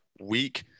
week